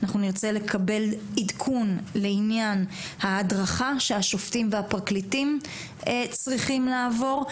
אנחנו נרצה לקבל עדכון לעניין ההדרכה שהשופטים והפרקליטים צריכים לעבור,